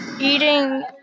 Eating